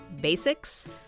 Basics